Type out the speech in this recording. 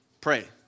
Pray